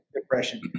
depression